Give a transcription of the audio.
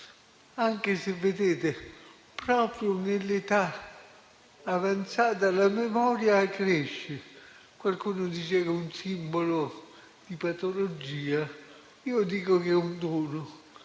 (anche se, vedete, proprio nell'età avanzata la memoria cresce: qualcuno dice che è un simbolo di patologia, io dico che è un dono